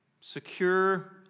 secure